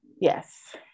yes